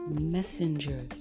messengers